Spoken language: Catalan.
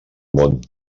món